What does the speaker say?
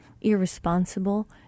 irresponsible